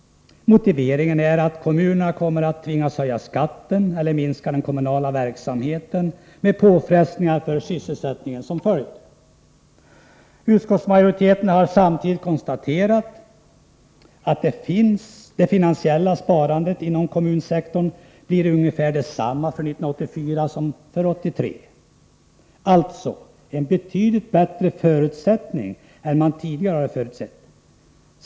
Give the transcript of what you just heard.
Motiveringen är att kommunerna kommer att tvingas att höja skatten eller att minska den kommunala verksamheten med påfrestningar på sysselsättningen som följd. Utskottsmajoriteten har konstaterat att det finansiella sparandet inom kommunsektorn blir ungefär detsamma för 1984 som för 1983, alltså förutsättningarna är betydligt bättre än vad man tidigare räknade med.